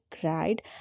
cried